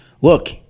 look